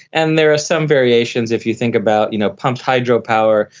and there are some variations. if you think about you know pumped hydro power,